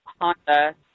Honda